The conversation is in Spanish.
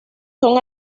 son